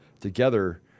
together